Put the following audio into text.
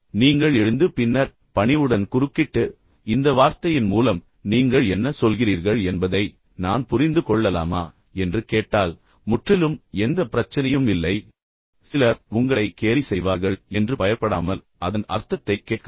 நீங்கள் எழுந்து பின்னர் பணிவுடன் குறுக்கிட்டு இந்த வார்த்தையின் மூலம் நீங்கள் என்ன சொல்கிறீர்கள் என்பதை நான் புரிந்து கொள்ளலாமா என்று கேட்டால் முற்றிலும் எந்த பிரச்சனையும் இல்லை அல்லது சிலர் உங்களை கேலி செய்வார்கள் அவர்கள் உங்களைப் பார்த்து சிரிப்பார்கள் என்று பயப்படாமல் இதன் அர்த்தம் என்ன என்று சொல்ல முடியுமா என்று கேட்கலாம்